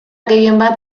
gehienbat